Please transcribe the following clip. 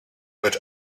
but